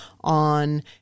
on